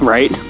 Right